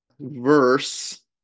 verse